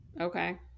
Okay